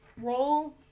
Roll